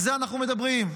על זה אנחנו מדברים.